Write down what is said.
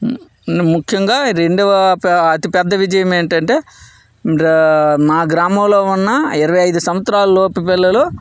ముఖ్యంగా రెండవ అతిపెద్ద విజయం ఏంటంటే మా గ్రామంలో ఉన్న ఇరవై ఐదు సంవత్సరాలు లోపు పిల్లలు